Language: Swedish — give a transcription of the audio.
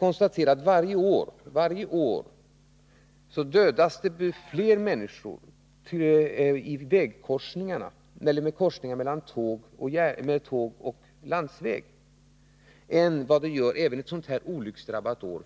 Varje år dödas fler människor i korsningarna mellan järnväg och landsväg än vad det gör på tåg även ett sådant här för SJ olycksdrabbat år.